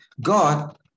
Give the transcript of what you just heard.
God